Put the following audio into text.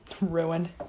Ruined